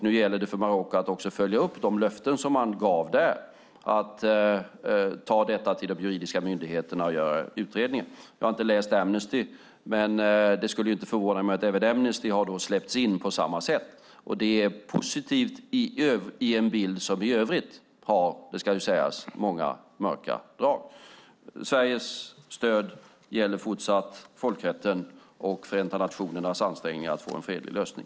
Nu gäller det för Marocko att också följa upp de löften som man gav där att ta detta till de juridiska myndigheterna och göra utredningar. Jag har inte läst Amnestys rapport. Men det skulle inte förvåna mig om även Amnesty har släppts in på samma sätt. Det är positivt i en bild som i övrigt, det ska sägas, har många mörka drag. Sveriges stöd gäller fortsatt folkrätten och Förenta nationernas ansträngningar att få en fredlig lösning.